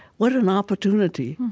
what an opportunity,